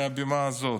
מהבמה הזאת: